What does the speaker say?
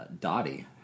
Dottie